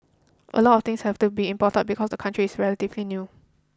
a lot of things have to be imported because the country is relatively new